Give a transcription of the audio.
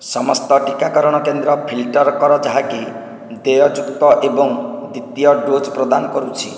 ସମସ୍ତ ଟିକାକରଣ କେନ୍ଦ୍ର ଫିଲ୍ଟର କର ଯାହାକି ଦେୟଯୁକ୍ତ ଏବଂ ଦ୍ୱିତୀୟ ଡୋଜ୍ ପ୍ରଦାନ କରୁଛି